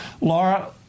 Laura